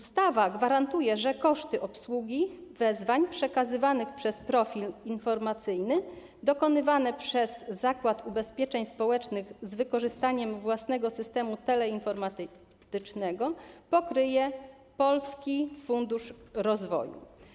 Ustawa gwarantuje, że koszty obsługi wezwań przekazywanych przez profil informacyjny dokonywane przez Zakład Ubezpieczeń Społecznych z wykorzystaniem własnego systemu teleinformatycznego pokryje Polski Fundusz Rozwoju.